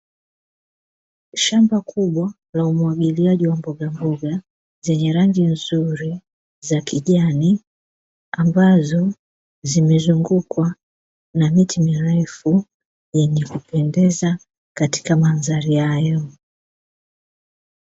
Shamba kubwa la umwagiliaji wa mbogamboga, zenye rangi nzuri za kijani, ambazo zimezungukwa na miti mirefu, yenye kupendeza katika mandhari hayo.